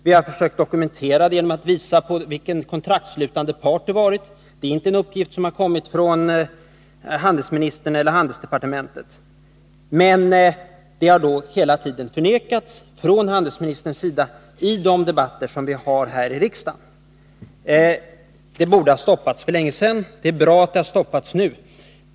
Vi har försökt dokumentera det genom att visa vilken kontraktsslutande part det varit fråga om. Det är inte en uppgift som har kommit från handelsministern eller handelsdepartementet — men våra uppgifter har handelsministern hela tiden förnekat i de debatter vi har fört här i riksdagen. Utbildningen borde ha stoppats för länge sedan. Det är bra att den har stoppats nu.